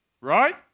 right